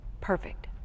perfect